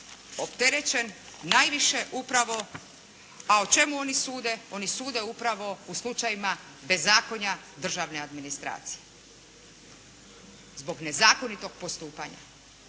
opterećen najviše upravo, a o čemu oni sude, oni sude upravo u slučajevima bezakonja državne administracije zbog nezakonitog postupanja.